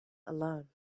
alone